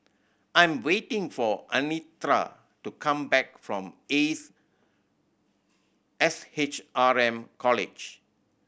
I am waiting for Anitra to come back from Ace S H R M College